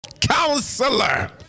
Counselor